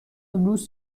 امروز